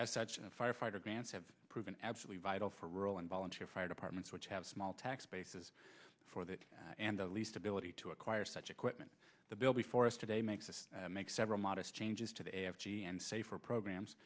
as such firefighter grants have proven absolutely vital for rural and volunteer fire departments which have small tax bases for that and the least ability to acquire such equipment the bill before us today makes us make several modest changes to the safer programs